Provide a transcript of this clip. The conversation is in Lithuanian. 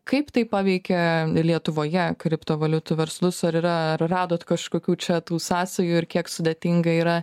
kaip tai paveikia lietuvoje kripto valiutų verslus ar yra ar radot kažkokių čia tų sąsajų ir kiek sudėtinga yra